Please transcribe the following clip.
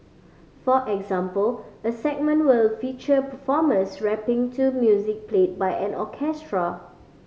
for example a segment will feature performers rapping to music played by an orchestra